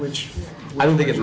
which i don't think it